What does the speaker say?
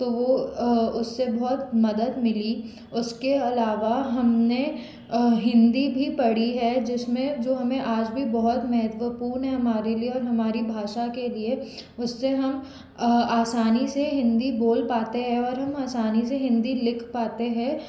तो वो उससे बहोत मदद मिली उसके अलावा हम ने हिंदी भी पढ़ी है जिस में जो हमें आज भी बहुत महत्वपूर्ण है हमारे लिए और हमारी भाषा के लिए उससे हम आसानी से हिंदी बोल पाते हैं और हम आसानी से हिंदी लिख पाते हैं